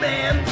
Man